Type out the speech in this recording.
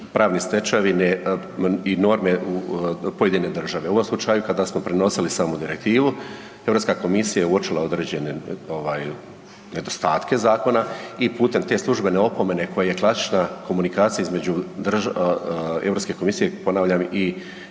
pravne stečevine i norme pojedine države. U ovom slučaju kada smo prenosili samo direktivu Europska komisija je uočila određene ovaj nedostatke zakona i putem te službene opomene koje je klasična komunikacija između Europske komisije ponavljam i